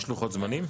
יש לוחות זמנים?